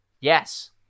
Yes